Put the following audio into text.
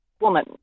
woman